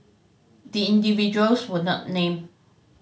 the individuals were not named